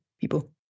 people